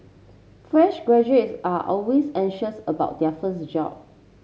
fresh graduates are always anxious about their first job